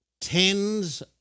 tens